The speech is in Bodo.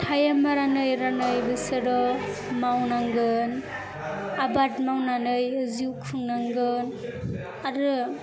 टाइम रानै रानै बिसोरो मावनांगोन आबाद मावनानै जिउ खुंनांगोन आरो